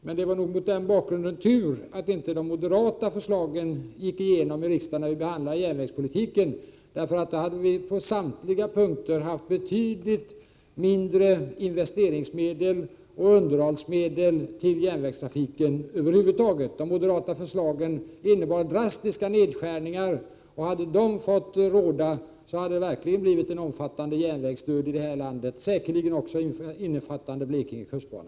Men det var nog mot den bakgrunden tur att inte de moderata förslagen gick igenom i riksdagen när vi behandlade järnvägspolitiken, för då hade vi på samtliga punkter haft betydligt mindre investeringsmedel och underhållsmedel till järnvägstrafiken över huvud taget. De moderata förslagen innebar drastiska nedskärningar, och hade de genomförts så hade det verkligen blivit en omfattande järnvägsdöd i det här landet — säkerligen också omfattande Blekinge kustbana.